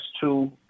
two